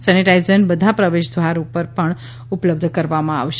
sanitization બધા પ્રવેશ દ્વાર પર ઉપલબ્ધ કરવામાં આવશે